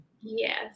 Yes